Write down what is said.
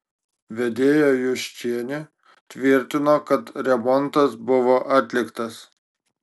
vedėja juščienė tvirtino kad remontas buvo atliktas